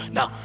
Now